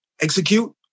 execute